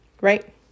right